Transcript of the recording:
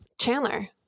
Chandler